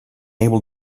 able